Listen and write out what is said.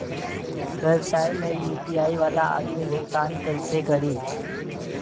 व्यवसाय में यू.पी.आई वाला आदमी भुगतान कइसे करीं?